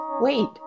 wait